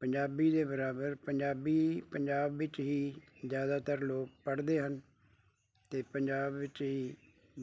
ਪੰਜਾਬੀ ਦੇ ਬਰਾਬਰ ਪੰਜਾਬੀ ਪੰਜਾਬ ਵਿੱਚ ਹੀ ਜ਼ਿਆਦਾਤਰ ਲੋਕ ਪੜ੍ਹਦੇ ਹਨ ਅਤੇ ਪੰਜਾਬ ਵਿੱਚ ਹੀ